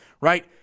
right